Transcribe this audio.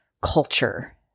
culture